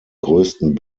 größten